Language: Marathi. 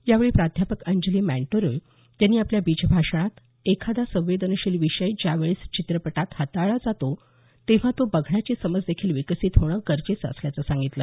यावेळी प्राध्यापक अंजली माँन्टेरो यांनी आपल्या बीजभाषणात एखादा संवेदनशील विषय ज्यावेळेस चित्रपटात हाताळला जातो तेव्हा तो बघण्याची समज देखील विकसित होणं गरजेचं असल्याचं सांगितलं